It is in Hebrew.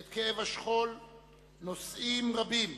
ואת כאב השכול נושאים רבים.